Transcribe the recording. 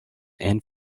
and